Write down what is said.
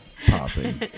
popping